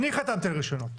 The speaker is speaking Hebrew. אני חתמתי על רישיונות,